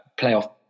playoff